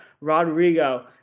Rodrigo